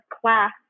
class